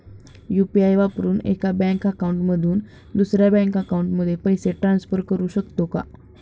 UPI वापरून एका bank account मधून दुसऱ्या बँक अकाउंटमध्ये पैसे ट्रान्सफर करू शकतो का?